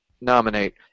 nominate